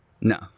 No